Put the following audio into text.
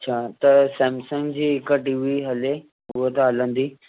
अच्छा त सैमसंग जी हिकु टी वी हले उहा त हलंदी